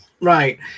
Right